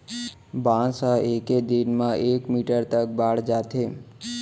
बांस ह एके दिन म एक मीटर तक बाड़ जाथे